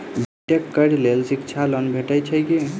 B tech करै लेल शिक्षा लोन भेटय छै की?